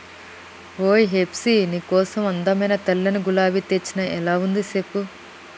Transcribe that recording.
ఓయ్ హెప్సీ నీ కోసం అందమైన తెల్లని గులాబీ తెచ్చిన ఎలా ఉంది సెప్పు